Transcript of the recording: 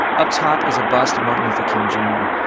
up top is a bust of martin luther king jr.